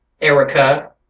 Erica